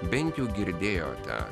bent jau girdėjote